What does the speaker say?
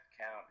count